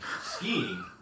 Skiing